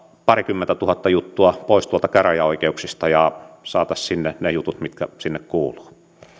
parikymmentätuhatta juttua pois tuolta käräjäoikeuksista ja saisimme sinne ne jutut mitkä sinne kuuluvat